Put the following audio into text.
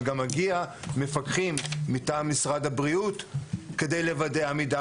אבל גם מגיעים מפקחים מטעם משרד הבריאות כדי לוודא עמידה